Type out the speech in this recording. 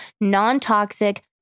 non-toxic